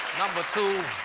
number two.